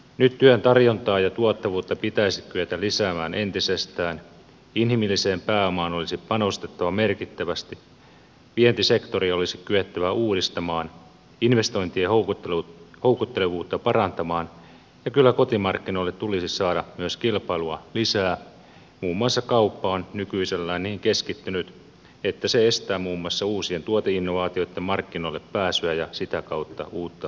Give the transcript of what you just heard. nyt työn tarjontaa ja tuottavuutta pitäisi kyetä lisäämään entisestään inhimilliseen pääomaan olisi panostettava merkittävästi vientisektori olisi kyettävä uudistamaan investointien houkuttelevuutta parantamaan ja kyllä kotimarkkinoille tulisi saada myös kilpailua lisää muun muassa kauppa on nykyisellään niin keskittynyt että se estää muun muassa uusien tuoteinnovaatioitten markkinoille pääsyä ja sitä kautta uutta työllisyyttä